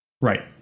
Right